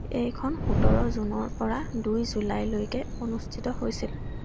এইখন সোতৰ জুনৰ পৰা দুই জুলাইলৈকে অনুষ্ঠিত হৈছিল